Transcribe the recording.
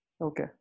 Okay